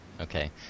okay